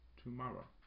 tomorrow